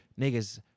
Niggas